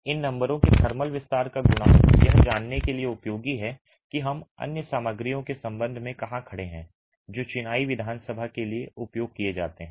इन नंबरों के थर्मल विस्तार का गुणांक यह जानने के लिए उपयोगी है कि हम अन्य सामग्रियों के संबंध में कहां खड़े हैं जो चिनाई विधानसभा बनाने के लिए उपयोग किए जाते हैं